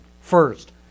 First